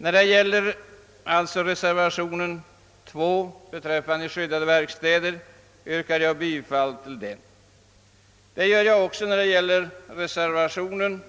Med dessa ord, herr talman, ber jag att få yrka bifall till reservationen II rörande skyddade verkstäder och till reservationen